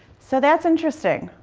so that's interesting.